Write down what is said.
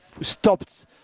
stopped